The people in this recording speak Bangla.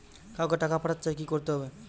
কাউকে টাকা পাঠাতে চাই কি করতে হবে?